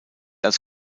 als